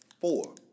four